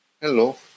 Hello